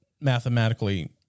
mathematically